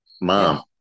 mom